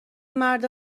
مرد